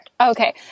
Okay